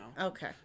Okay